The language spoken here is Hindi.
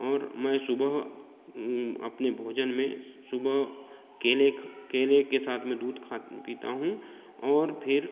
और मैं सुबह अपने भोजन में सुबह केले केले के साथ में दूध खा पीता हूँ और फिर